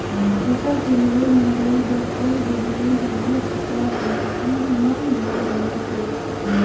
फसल के लुवई, मिजई बर अउ डोहरई जम्मो बूता ह मसीन मन म होवत हे